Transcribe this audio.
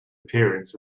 appearance